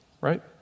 right